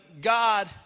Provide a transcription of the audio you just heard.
God